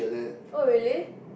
oh really